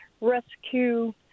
rescue